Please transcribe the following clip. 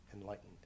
enlightened